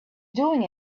doing